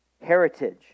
heritage